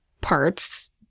parts